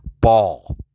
ball